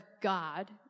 God